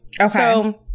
okay